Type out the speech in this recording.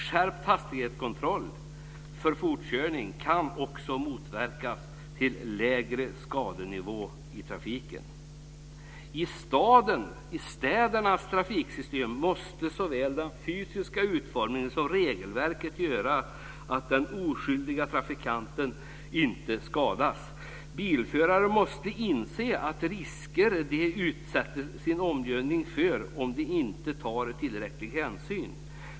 Skärpt hastighetskontroll vid fortkörning kan också medverka till lägre skadenivå i trafiken. I städernas trafiksystem måste såväl den fysiska utformningen som regelsystemet göra att den oskyddade trafikanten inte skadas. Bilförare måste inse de risker de utsätter sin omgivning för om de inte tar tillräcklig hänsyn.